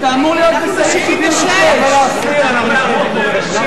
לא סיימת 37. אין הסתייגויות.